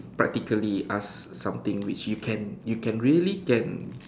practically ask something which you can you can really can